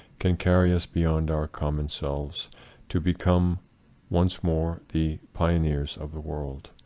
can carry us beyond our common selves to become once more the pio neers of the world,